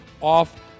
off